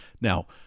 now